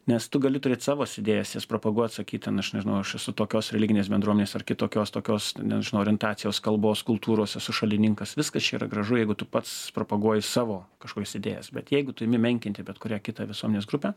nes tu gali turėt savas idėjas jas propaguot sakyt ten aš nežinau aš esu tokios religinės bendruomenės ar kitokios tokios nežinau orientacijos kalbos kultūros esu šalininkas viskas čia yra gražu jeigu tu pats propaguoji savo kažkokias idėjas bet jeigu tu imi menkinti bet kurią kitą visuomenės grupę